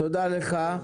תודה לך.